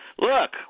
look